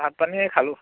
ভাত পানী খালো